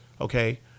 okay